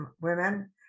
women